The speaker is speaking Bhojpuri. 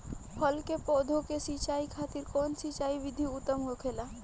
फल के पौधो के सिंचाई खातिर कउन सिंचाई विधि उत्तम होखेला?